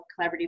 collaborative